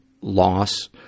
loss